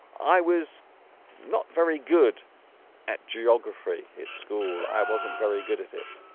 i was not very good at geography hits school i wasn't very good at it